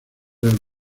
del